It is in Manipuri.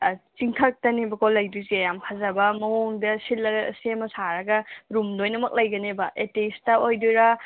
ꯆꯤꯡꯊꯛꯇꯅꯦꯕ ꯀꯣ ꯂꯩꯗꯣꯏꯁꯦ ꯌꯥꯝ ꯐꯖꯕ ꯃꯑꯣꯡꯗ ꯁꯤꯜꯂꯒ ꯁꯦꯝꯃ ꯁꯥꯔꯒ ꯔꯨꯝ ꯂꯣꯏꯅꯃꯛ ꯂꯩꯒꯅꯦꯕ ꯑꯦꯇꯦꯆꯇ ꯑꯣꯏꯗꯣꯏꯔ